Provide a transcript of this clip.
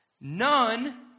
None